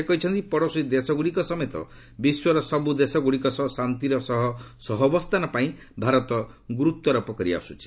ସେ କହିଛନ୍ତି ପଡ଼ୋଶୀ ଦେଶଗୁଡ଼ିକ ସମେତ ବିଶ୍ୱର ସବୁ ଦେଶଗୁଡ଼ିକ ସହ ଶାନ୍ତିର ସହ ସହାବସ୍ଥାନ ପାଇଁ ଭାରତ ଗୁରୁତ୍ୱାରୋପ କରିଆସୁଛି